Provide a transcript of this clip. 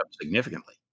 significantly